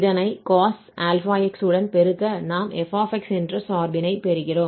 இதனை cos αx உடன் பெருக்க நாம் f என்ற சார்பினைப் பெறுகிறோம்